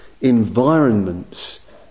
environments